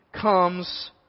comes